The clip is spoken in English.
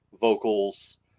vocals